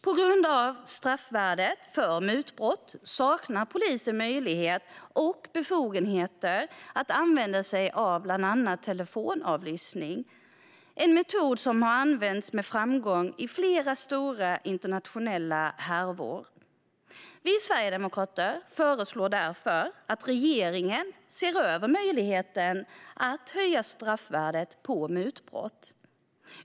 På grund av straffvärdet för mutbrott saknar polisen möjligheter och befogenheter att använda sig av bland annat telefonavlyssning. Det är en metod som har använts med framgång i flera stora internationella härvor. Vi sverigedemokrater föreslår därför att regeringen ser över möjligheten att höja straffvärdet på mutbrott.